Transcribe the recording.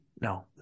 no